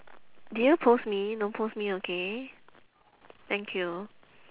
did you post me don't post me okay thank you